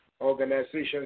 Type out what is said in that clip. organizations